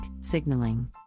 signaling